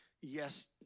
yes